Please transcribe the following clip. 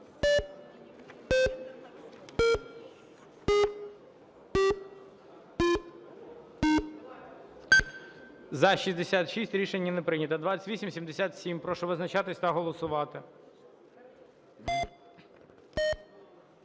За-70 Рішення не прийнято. 2874, прошу визначатися та голосувати.